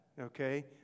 okay